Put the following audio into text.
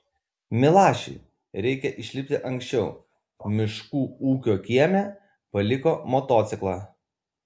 milašiui reikia išlipti anksčiau miškų ūkio kieme paliko motociklą